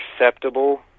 acceptable